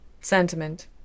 Sentiment